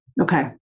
Okay